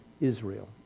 Israel